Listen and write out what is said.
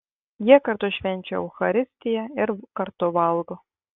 jie kartu švenčia eucharistiją ir kartu valgo